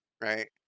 Right